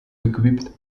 equipped